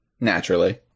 naturally